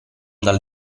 dal